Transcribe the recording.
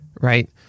Right